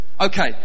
Okay